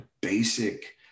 basic